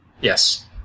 Yes